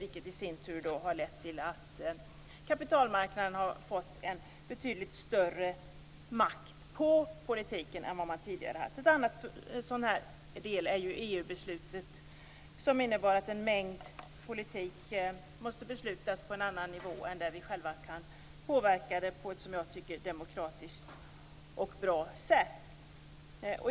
Det har i sin tur lett till att kapitalmarknaden har fått en betydligt större makt över politiken än tidigare. EU-beslutet innebär att politiska beslut fattas på en annan nivå än vad vi själva kan påverka på ett demokratiskt och bra sätt.